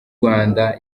rwanda